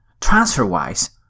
Transferwise